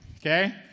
okay